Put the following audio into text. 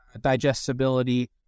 digestibility